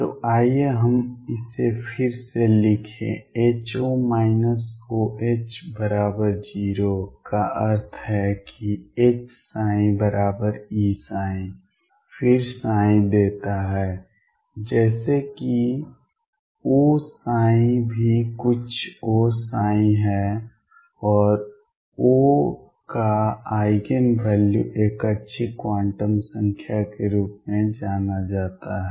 तो आइए हम इसे फिर से लिखें कि HO OH0 का अर्थ है कि HψEψ फिर ψ देता है जैसे कि O ψ भी कुछ O ψ है और O का आइगेन वैल्यू एक अच्छी क्वांटम संख्या के रूप में जाना जाता है